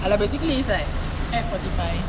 ah like basically is like F forty five